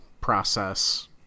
process